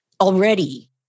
already